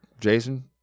Jason